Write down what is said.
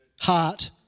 heart